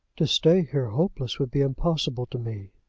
to stay here hopeless would be impossible to me.